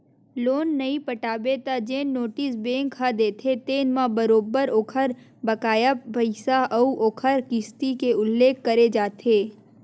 loan नइ पटाबे त जेन नोटिस बेंक ह देथे तेन म बरोबर ओखर बकाया पइसा अउ ओखर किस्ती के उल्लेख करे जाथे